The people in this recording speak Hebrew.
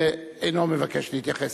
אינו מבקש להתייחס.